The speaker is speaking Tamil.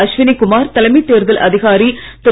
அஸ்வினி குமார் தலைமைத் தேர்தல் அதிகாரி திரு